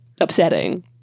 upsetting